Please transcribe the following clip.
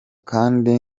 kandi